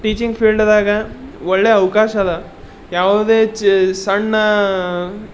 teaching ಫೀಲ್ಡ್ದಾಗ ಒಳ್ಳೆ ಅವ್ಕಾಶ ಅದ ಯಾವುದೇ ಚ ಸಣ್ಣ